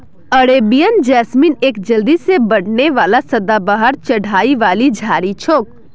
Arabian jasmine एक जल्दी से बढ़ने वाला सदाबहार चढ़ाई वाली झाड़ी छोक